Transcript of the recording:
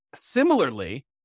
Similarly